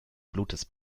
blutes